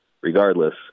regardless